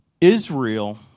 Israel